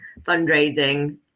fundraising